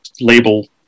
label